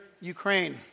Ukraine